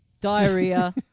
diarrhea